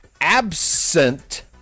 Absent